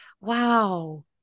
Wow